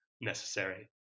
necessary